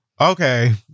okay